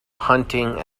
hunting